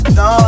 no